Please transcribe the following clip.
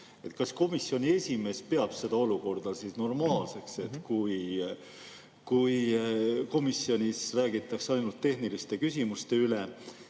Kas komisjoni esimees peab seda olukorda normaalseks, et komisjonis räägitakse ainult tehniliste küsimuste üle?